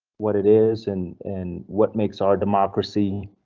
what it is and and what makes our democracy.